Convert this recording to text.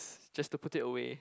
just to put it away